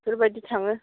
बेफोरबायदि थाङो